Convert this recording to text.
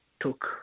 took